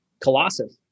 colossus